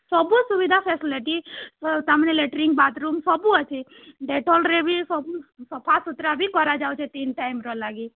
ସବୁ ସୁବିଧା ଫେସିଲେଟି ତା'ର୍ମାନେ ଲେଟ୍ରିନ୍ ବାଥ୍ରୁମ୍ ସବୁ ଅଛେ ଡ଼େଟଲ୍ରେ ବି ସବୁ ସଫା ସୁତ୍ରା ବି କରାଯାଉଛେ ତିନ୍ ଟାଇମ୍ ର ଲାଗି